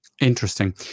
Interesting